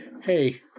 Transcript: hey